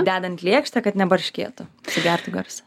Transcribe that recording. dedant lėkštę kad nebarškėtų sugertų garsą